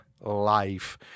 life